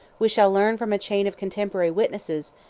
we shall learn from a chain of contemporary witnesses,